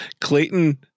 Clayton